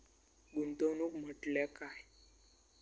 गुंतवणूक म्हटल्या काय?